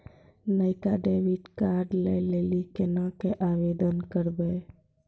नयका डेबिट कार्डो लै लेली केना के आवेदन करबै?